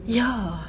ya